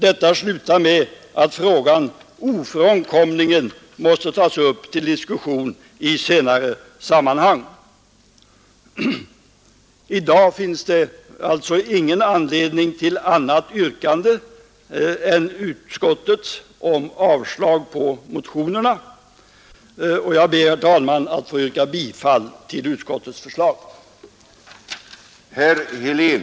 Yttrandet slutar med orden: ”Frågan får emellertid ofrånkomligen tas upp till ny diskussion i senare sammanhang.” Det finns alltså ingen anledning att i dag ställa något annat yrkande än bifall till utskottets hemställan om avslag på motionerna. Herr talman! Jag ber att få yrka bifall till utskottets hemställan.